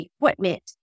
equipment